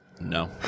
No